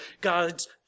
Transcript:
God's